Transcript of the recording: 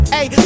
Hey